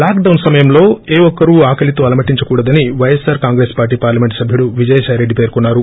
lock down సమయంలో ఏ ఒక్కరూ ఆకలితో అలమటించకూడదని పైఎస్సార్ కాంగ్రెస్ పార్లీ పార్లమెంట్ సభ్యుడు విజయ సాయి రెడ్డి పేర్కొన్నారు